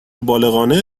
بالغانه